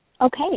Okay